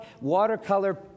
watercolor